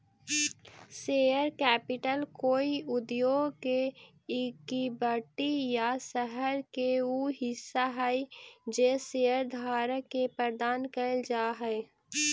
share capital कोई उद्योग के इक्विटी या शहर के उ हिस्सा हई जे शेयरधारक के प्रदान कैल जा हई